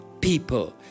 people